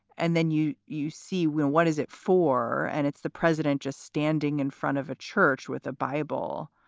and then you you see, well, what is it for? and it's the president just standing in front of a church with a bible.